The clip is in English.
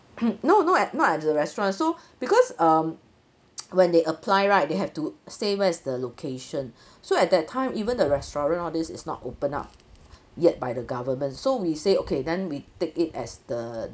no not at not at the restaurant so because um when they apply right they have to say where is the location so at that time even the restaurant all this is not open up yet by the government so we say okay then we take it as the